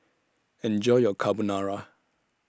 Enjoy your Carbonara